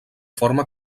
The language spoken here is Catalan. forma